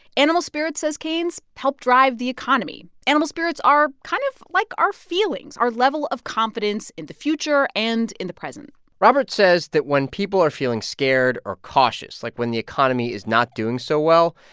animal spirits, says keynes, helped drive the economy. animal spirits are kind of like our feelings, our level of confidence in the future and in the present robert says that when people are feeling scared or cautious, like when the economy is not doing so well,